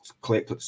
click